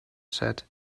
said